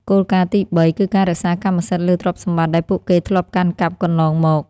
គោលការណ៍ទីបី គឺការរក្សាកម្មសិទ្ធិលើទ្រព្យសម្បត្តិដែលពួកគេធ្លាប់កាន់កាប់កន្លងមក។